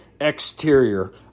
exterior